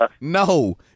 no